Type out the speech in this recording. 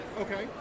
okay